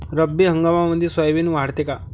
रब्बी हंगामामंदी सोयाबीन वाढते काय?